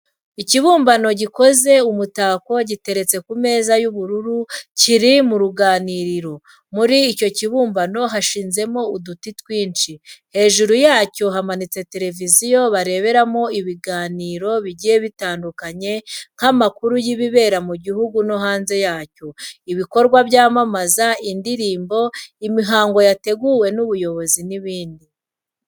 Ikibumbano gikoze umutako giteretse ku meza y'ubururu kiri mu ruganiriro, muri icyo kibumbano hashinzemo uduti twinshi, hejuru yacyo hamanitse televiziyo bareberaho ibiganiro bigiye bitandukanye nk'amakuru y'ibibera mu gihugu no hanze yacyo, ibikorwa byamamaza, indirimbo, imihango yateguwe n'ubuyobozi n'ibindi.